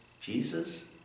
Jesus